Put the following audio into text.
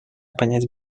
понять